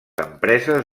empreses